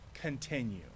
continue